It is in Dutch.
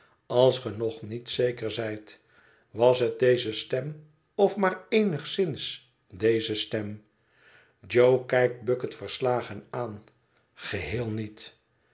als ge nog niet zeker zijt was het deze stem of maar eenigszins deze stem jo kijkt bucket verslagen aan geheel niet